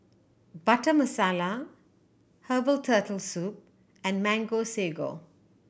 Butter Masala herbal Turtle Soup and Mango Sago